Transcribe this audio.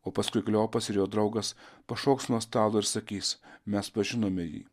o paskui kleopas ir jo draugas pašoks nuo stalo ir sakys mes pažinome jį